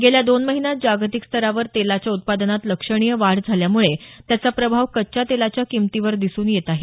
गेल्या दोन महिन्यात जागतिक स्तरावर तेलाच्या उत्पादनात लक्षणीय वाढ झाल्यामुळे त्याचा प्रभाव कच्च्या तेलाच्या किमतीवर दिसून येत आहे